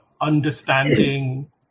understanding